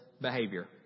behavior